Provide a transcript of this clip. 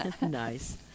Nice